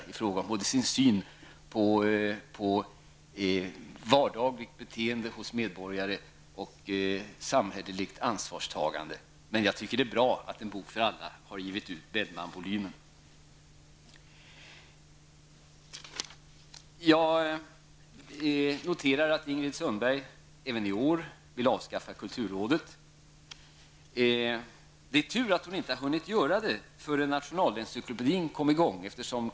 Det gäller då både hans syn på vardagligt beteende hos medborgare och på samhälleligt ansvarstagande. Men jag tycker att det är bra att Bellmanvolymen har givits ut i En bok för alla-upplaga. Även i år vill Ingrid Sundberg avskaffa kulturrådet. Det är tur att hon inte hann göra det innan arbetet med Nationalencyklopedin kom i gång.